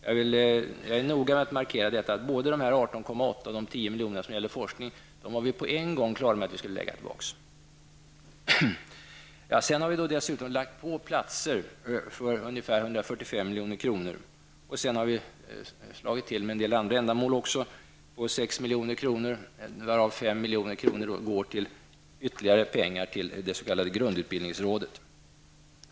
Jag är noga med att markera att både de 18,8 och de 10 miljonerna som gäller forskning var vi på en gång klara med att vi skulle lägga tillbaka. Dessutom har vi lagt på platser för ungefär 145 milj.kr. och slagit till också med en del andra ändamål för 6 milj.kr., varav 5 miljoner är ytterligare pengar till det s.k. grundutbildningsrådet.